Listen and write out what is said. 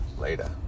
Later